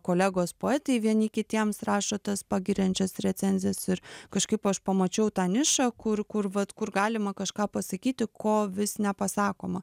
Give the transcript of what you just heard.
kolegos poetai vieni kitiems rašo tas pagiriančias recenzijas ir kažkaip aš pamačiau tą nišą kur kur vat kur galima kažką pasakyti ko vis nepasakoma